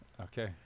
Okay